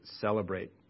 celebrate